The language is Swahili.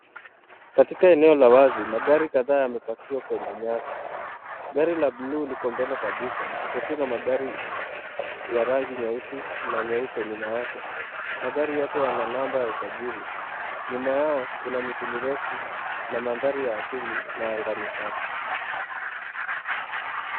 Katika eneo la wazi, magari kadhaa yamepakiwa kwenye nyasi. Gari la bluu liko mbele kabisa, likifuatiwa na magari ya rangi nyeusi na nyeupe nyuma yake. Magari yote yana namba ya usajili. Nyuma yao kuna miti mirefu na madhari ya asili na anga ni safi.